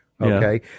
Okay